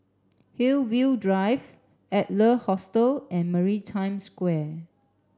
Hillview Drive Adler Hostel and Maritime Square